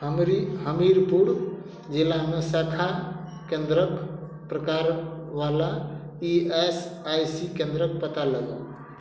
हमरी हमीरपुर जिलामे शाखा केंद्रक प्रकार वला ई एस आइ सी केंद्रक पता लगाउ